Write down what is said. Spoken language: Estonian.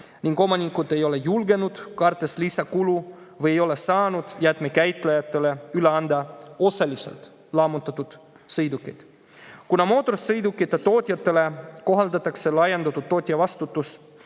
ning omanikud ei ole julgenud, kartes lisakulu, või ei ole saanud anda jäätmekäitlejatele üle osaliselt lammutatud sõidukeid. Kuna mootorsõidukite tootjatele kohaldatakse laiendatud tootjavastutust,